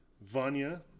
Vanya